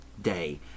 day